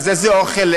אז איזה אוכל,